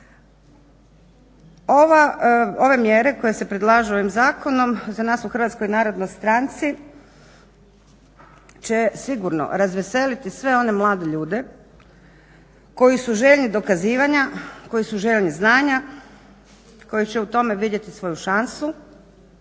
Ove mjere koje se predlažu ovim zakonom za nas u HNS-u će sigurno razveseliti sve one mlade ljude koji su željni dokazivanja, koji su željni znanja, koji će u tome vidjeti svoju šansu,